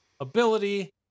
ability